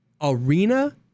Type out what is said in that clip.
arena